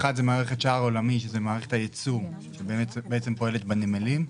אחד זה מערכת שער העולמי שזה מערכת הייצוא שבעצם פועלת בנמלים,